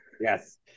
Yes